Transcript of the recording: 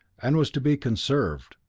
and was to be conserved,